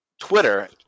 Twitter